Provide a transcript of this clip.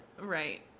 Right